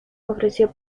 ofreció